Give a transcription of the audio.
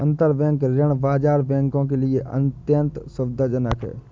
अंतरबैंक ऋण बाजार बैंकों के लिए अत्यंत सुविधाजनक है